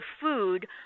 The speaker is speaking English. food